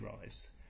rise